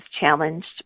challenged